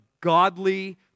godly